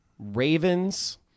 Ravens